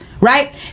Right